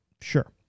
sure